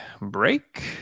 break